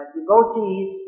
devotees